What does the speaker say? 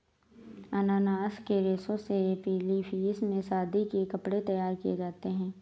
अनानास के रेशे से फिलीपींस में शादी के कपड़े तैयार किए जाते हैं